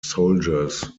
soldiers